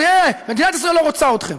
תראו, מדינת ישראל לא רוצה אתכם.